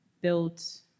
built